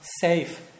safe